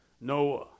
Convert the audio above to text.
Noah